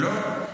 לא.